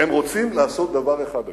הם רוצים לעשות דבר אחד היום.